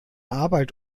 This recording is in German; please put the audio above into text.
arbeit